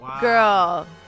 Girl